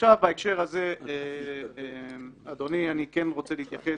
עכשיו בהקשר הזה, אדוני, אני רוצה להתייחס